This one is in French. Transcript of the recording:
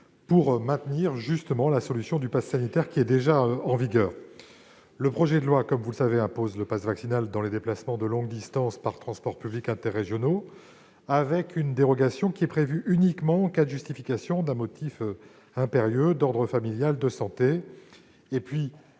de maintenir la solution du passe sanitaire, qui est déjà en vigueur. Vous le savez, le projet de loi impose le passe vaccinal pour les déplacements de longue distance par transports publics interrégionaux, avec une dérogation prévue uniquement en cas de justification d'un motif impérieux d'ordre familial, de santé,